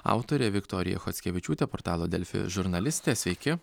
autorė viktorija chockevičiūtė portalo delfi žurnalistė sveiki